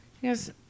Yes